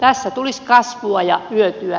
tässä tulisi kasvua ja hyötyä